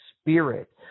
spirit